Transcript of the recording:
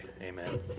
amen